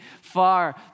far